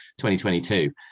2022